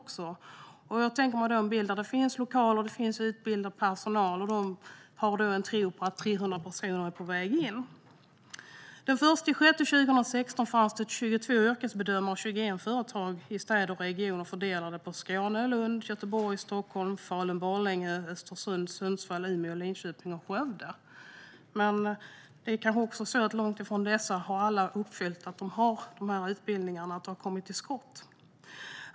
Jag tänker mig en bild där det finns lokaler och utbildad personal, och de har en tro på att 300 personer är på väg in. Den 1 juni 2016 fanns det 22 yrkesbedömare på 21 företag i städer och regioner fördelade på Skåne, Lund, Göteborg, Stockholm, Falun-Borlänge, Östersund, Sundsvall, Umeå, Linköping och Skövde. Det är långt ifrån alla dessa som har uppfyllt att de har utbildningarna och har kommit till skott.